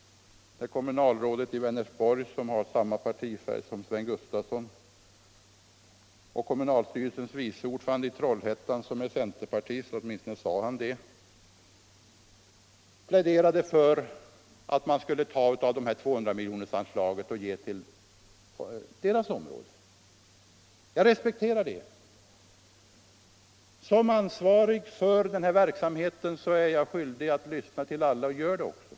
Kommunalrådet i Vänersborg, som har samma partifärg som Sven Gustafson, och vice ordföranden i kommunstyrelsen i Trollhättan, som är centerpartist — åtminstone sade han det — pläderade för att man skulle ta av 200-miljonersanslaget och ge till deras område. Jag respekterar det. Som ansvarig för denna verksamhet är jag skyldig att lyssna till alla, och gör det också.